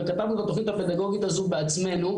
וכתבנו את התוכנית הפדגוגית הזאת בעצמנו,